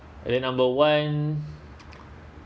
and then number one